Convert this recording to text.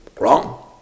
wrong